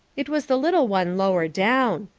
it was the little one lower down.